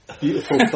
beautiful